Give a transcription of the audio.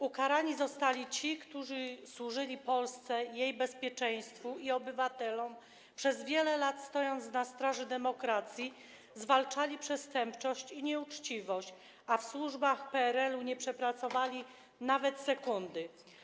Ukarani zostali ci, którzy służyli Polsce, jej bezpieczeństwu i obywatelom, przez wiele lat stojąc na straży demokracji, zwalczali przestępczość i nieuczciwość, a w służbach PRL-u nie przepracowali nawet sekundy.